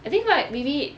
I think like maybe